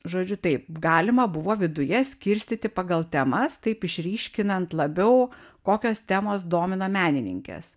žodžiu taip galima buvo viduje skirstyti pagal temas taip išryškinant labiau kokios temos domina menininkes